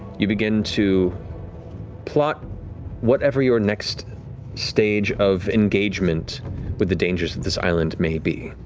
you begin to plot whatever your next stage of engagement with the dangers of this island may be.